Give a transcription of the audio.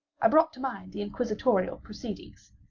i brought to mind the inquisitorial proceedings,